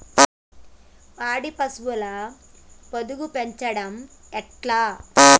పాడి పశువుల పొదుగు పెంచడం ఎట్లా?